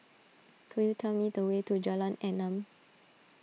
could you tell me the way to Jalan Enam